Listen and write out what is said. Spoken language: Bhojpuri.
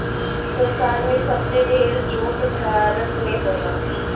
संसार में सबसे ढेर जूट भारत में होला